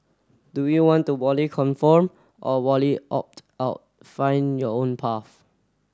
do you want to wholly conform or wholly opt out find your own path